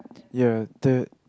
you are the third